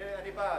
אני בעד.